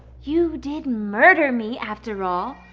you did murder me after all.